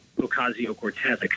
Ocasio-Cortez